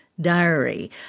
diary